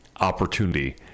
opportunity